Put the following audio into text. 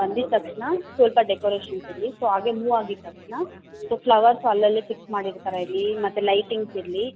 ಬಂದಿದ್ದ ತಕ್ಷಣ ಸ್ವಲ್ಪ ಡೆಕೋರೇಷನ್ಸ್ ಇರಲಿ ಸೊ ಹಾಗೆ ಮೂವ್ ಆಗಿದ್ದ ತಕ್ಷಣ ಸೊ ಫ್ಲವರ್ಸ್ ಅಲ್ಲಲ್ಲಿ ಫಿಕ್ಸ್ ಮಾಡಿರೋ ಥರ ಇರಲಿ ಮತ್ತೆ ಲೈಟಿಂಗ್ಸ್ ಇರಲಿ